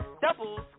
Doubles